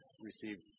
received